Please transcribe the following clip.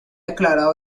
declarado